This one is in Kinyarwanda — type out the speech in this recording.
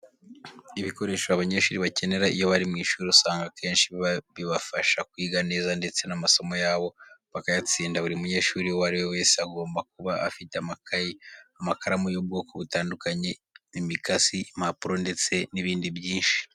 Ibikoresho abanyeshuri bakenera iyo bari mu ishuri usanga akenshi biba bibafasha kwiga neza ndetse n'amasomo yabo bakayatsinda. Buri munyeshuri uwo ari we wese agomba kuba afite amakayi, amakaramu y'ubwoko butandukanye, imikasi, impapuro ndetse n'ibindi byinshi.